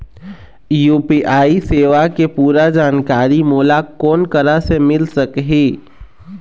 UPI सेवा के पूरा जानकारी मोला कोन करा से मिल सकही?